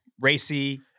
racy